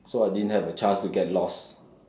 so I didn't have a chance to get lost